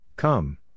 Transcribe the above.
come